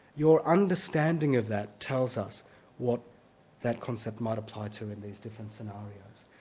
your understanding of that tells us what that concept might apply to in these different scenarios.